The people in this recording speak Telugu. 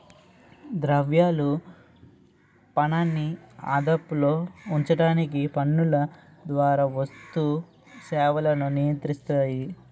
ద్రవ్యాలు పనాన్ని అదుపులో ఉంచడానికి పన్నుల ద్వారా వస్తు సేవలను నియంత్రిస్తాయి